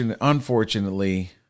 unfortunately